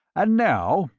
and now,